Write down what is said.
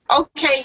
Okay